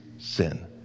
Sin